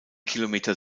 kilometer